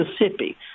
Mississippi